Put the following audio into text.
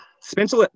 Spencer